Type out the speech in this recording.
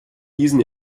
diesen